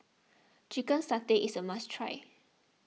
Chicken Satay is a must try